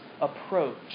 approach